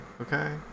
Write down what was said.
okay